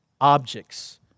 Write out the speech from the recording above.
objects